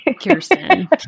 kirsten